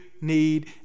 need